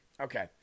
okay